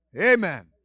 Amen